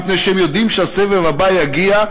מפני שהם יודעים שהסבב הבא יגיע,